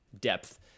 depth